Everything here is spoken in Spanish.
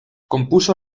compuso